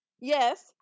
yes